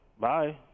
Bye